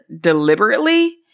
deliberately